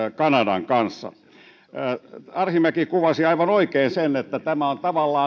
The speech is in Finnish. kanadan kanssa arhinmäki kuvasi aivan oikein sen että tämä on tavallaan erillinen